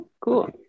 cool